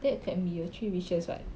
that can be your three wishes [what]